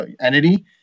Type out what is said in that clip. entity